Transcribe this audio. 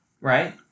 right